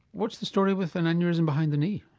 what's the story with an aneurysm behind the knee?